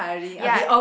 ya